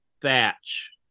thatch